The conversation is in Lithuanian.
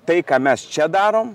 tai ką mes čia darom